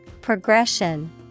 Progression